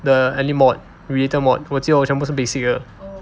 的 any mod related mod 我只有全部是 basic 的